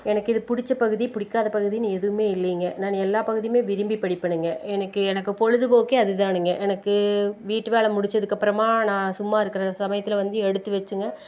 எனக்கு இது பிடிச்ச பகுதி பிடிக்காத பகுதின்னு எதுவுமே இல்லைங்க நானு எல்லா பகுதியுமே விரும்பி படிப்பணுங்க எனக்கு எனக்கு பொழுதுபோக்கே அதுதாணுங்க எனக்கு வீட்டு வேலை முடிச்சதுக்கப்புறமா நா சும்மா இருக்கிற சமயத்தில் வந்து எடுத்து வச்சுங்க